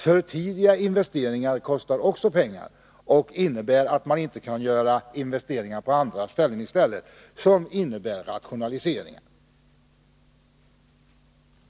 För tidiga investeringar kostar också pengar och medför att man inte kan göra investeringar på andra ställen som skulle innebära rationaliseringar.